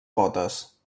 potes